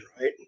right